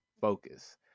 focus